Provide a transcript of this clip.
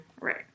Right